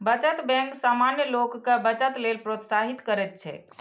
बचत बैंक सामान्य लोग कें बचत लेल प्रोत्साहित करैत छैक